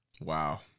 Wow